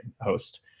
host